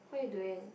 what you doing